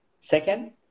Second